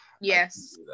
yes